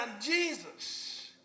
Jesus